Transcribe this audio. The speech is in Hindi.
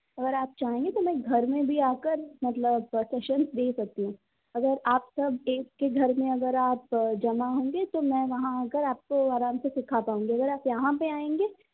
अगर आप चाहे तो मैं घर में भी आकर मतलब सेशंस दे सकती हूँ आप सब एक के घर में अगर आप जमा होंगे तो मैं वहाँ आकर आपको आराम से सिखा पाऊँगी अगर आप यहाँ पर आएंगे तो